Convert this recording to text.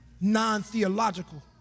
non-theological